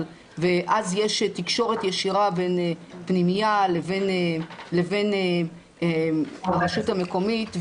ואז יש תקשורת ישירה בין פנימייה לבין הרשות המקומית.